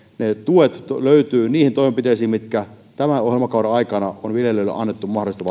tuet löytyvät niihin toimenpiteisiin mitkä tämän ohjelmakauden aikana on viljelijöille annettu mahdollisuus